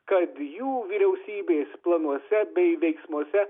kad jų vyriausybės planuose bei veiksmuose